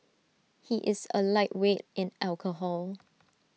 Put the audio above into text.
he is A lightweight in alcohol